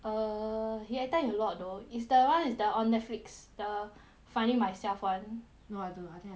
err he acted in a lot though is the one is the on Netflix the finding myself [one] no I don't know I think I